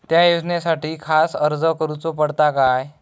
त्या योजनासाठी खास अर्ज करूचो पडता काय?